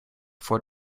voor